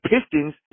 Pistons